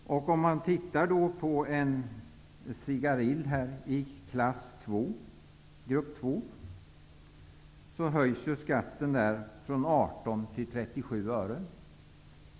För en cigarill i grupp 100 %.